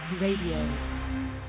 Radio